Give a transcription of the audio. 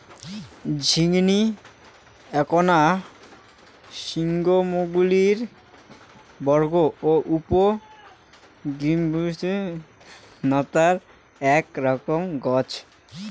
ঝিঙ্গিনী এ্যাকনা গ্রীষ্মমণ্ডলীয় বর্গ ও উপ গ্রীষ্মমণ্ডলীয় নতার আক রকম গছ